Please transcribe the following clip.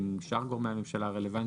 עם שאר גורמי הממשלה הרלוונטיים,